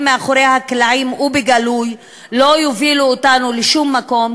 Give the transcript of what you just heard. מאחורי הקלעים ובגלוי לא יובילו אותנו לשום מקום,